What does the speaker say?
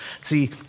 See